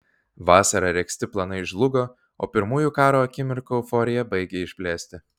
vasarą regzti planai žlugo o pirmųjų karo akimirkų euforija baigė išblėsti